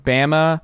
Bama